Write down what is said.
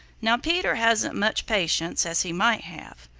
now peter hasn't much patience as he might have,